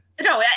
No